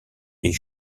est